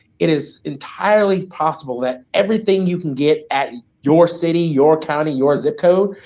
it is entirely possible that everything you can get at your city, your county, your zip code,